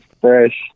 fresh